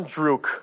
Druk